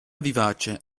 vivace